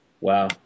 Wow